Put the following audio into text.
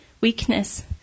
weakness